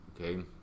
okay